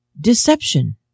deception